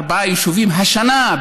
ארבעה יישובים השנה,